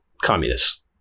communists